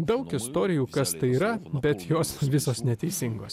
daug istorijų kas tai yra bet jos visos neteisingos